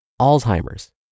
Alzheimer's